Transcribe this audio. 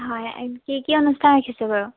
হয় কি কি অনুষ্ঠান ৰাখিছোঁ বাৰু